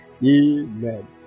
Amen